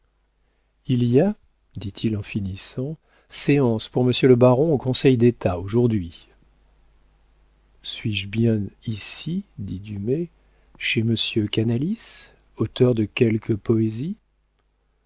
il y a dit-il en finissant séance pour monsieur le baron au conseil d'état aujourd'hui suis-je bien ici dit dumay chez monsieur canalis auteur de quelques poésies